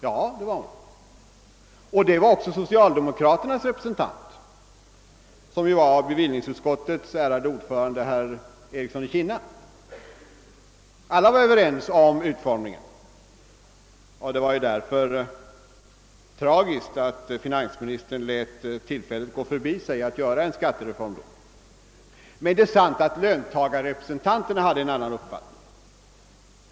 Ja, det var den, och det gäller också socialdemokraternas representant, bevillningsutskottets ärade ordförande, herr Ericsson i Kinna. Alla var överens om utformningen, och därför var det tragiskt att finansministern lät tillfället gå förbi att då företa en skattereform. Men det är sant att löntagarrepresentanterna hade en annan uppfattning.